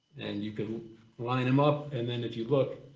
and you can line them up and then if you look,